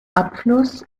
abfluss